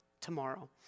tomorrow